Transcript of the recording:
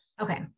Okay